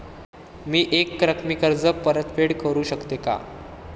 मी एकरकमी कर्ज परतफेड करू शकते का?